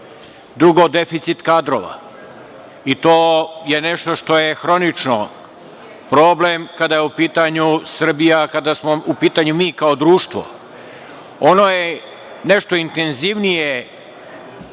Drugo, deficit kadrova. To je nešto što je hronično. Problem kada je u pitanju Srbija, kada smo u pitanju mi kao društvo. Ono je nešto intenzivnije